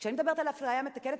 כשאני מדברת על אפליה מתקנת,